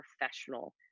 professional